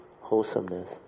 wholesomeness